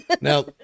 now